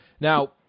Now